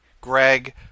Greg